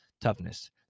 toughness